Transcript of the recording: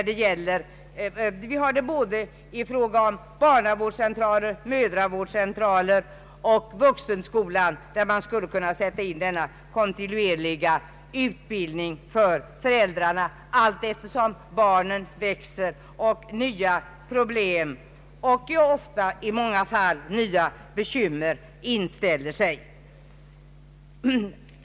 Det finns ju barnavårdscentraler, mödravårdscentraler och vuxenutbildning, där man skulle kunna sätta in denna kontinuerliga utbildning för föräldrarna, allteftersom barnen växer och nya problem och i många fall nya bekymmer inställer sig.